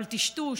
אבל טשטוש,